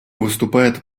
выступает